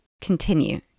continue